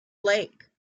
lake